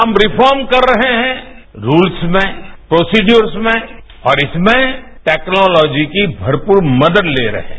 हम रिफार्म कर रहे हैं रूल्स में प्रोसिजर्स में और इसमें टैक्नोलॉजी की भरपूर मदद ते रहे हैं